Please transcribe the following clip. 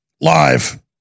live